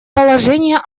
положения